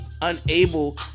unable